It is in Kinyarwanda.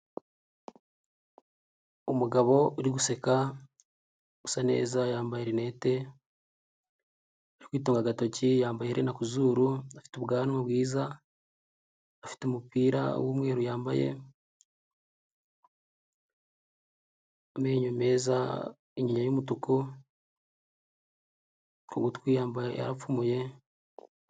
Umugabo uri guseka usa neza yambaye rinete, uri kwitunga agatoki, yambaye iherene ku zuru, afite ubwanwa bwiza, afite umupira w'umweru yambaye, amenyo meza, inyinya y'umutuku, ku gutwi yambaye yarapfumuye.